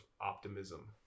optimism